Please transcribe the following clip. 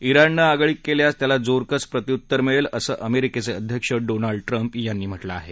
इराणनं आगळीक केल्यास त्याला जोरकस प्रत्युत्तर मिळेल असं अमेरिकेचे अध्यक्ष डोनाल्ड ट्रम्प यांनी म्हा किं आहे